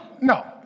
no